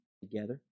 Together